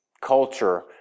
culture